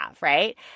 right